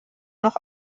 noch